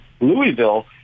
Louisville